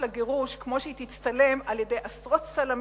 הגירוש כמו שהיא תצטלם על-ידי עשרות צלמים,